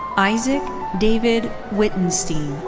isaac david wittenstein.